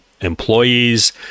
employees